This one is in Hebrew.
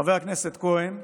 חבר הכנסת כהן,